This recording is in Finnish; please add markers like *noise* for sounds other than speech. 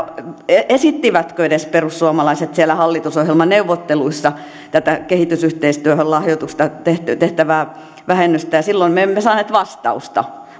esittivätkö perussuomalaiset edes siellä hallitusohjelmaneuvotteluissa tätä kehitysyhteistyöhön lahjoituksesta tehtävää tehtävää vähennystä ja silloin me emme saaneet vastausta *unintelligible*